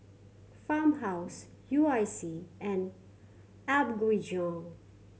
Farmhouse U I C and Apgujeong